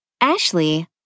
Ashley